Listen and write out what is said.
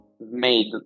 made